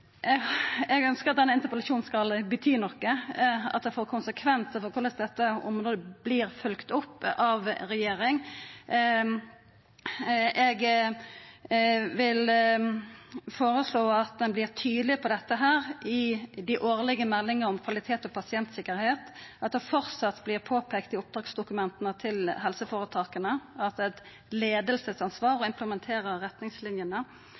får konsekvensar for korleis dette området vert følgt opp av regjeringa. Eg vil føreslå at ein vert tydeleg på dette i dei årlege meldingane om kvalitet og pasientsikkerheit, og at det framleis vert påpeikt i oppdragsdokumenta til helseføretaka at det er eit leiingsansvar å implementera retningslinjene.